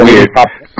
weird